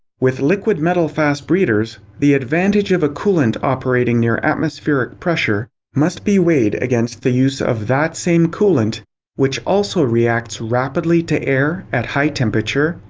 with liquid metal fast breeders, the advantage of a coolant operating near atmospheric pressure must be weighed against the use of that same coolant which also reacts rapidly to air at high temperature,